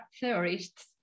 theorists